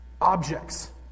objects